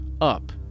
up